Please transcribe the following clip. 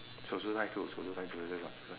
守株待兔 eh that's what just